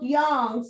young